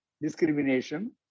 discrimination